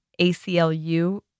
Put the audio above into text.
ACLU